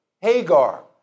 Hagar